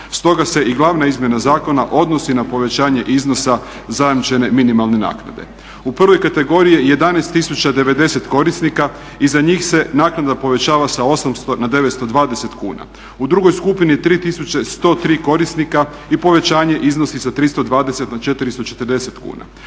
Stoga se i glavna izmjena zakona odnosi na povećanje iznosa zajamčene minimalne naknade. U prvoj kategoriji je 11090 korisnika i za njih se naknada povećava sa 800 na 920 kuna. U drugoj skupini 3103 korisnika i povećanje iznosi sa 320 na 440 kuna.